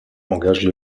engage